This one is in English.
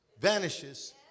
vanishes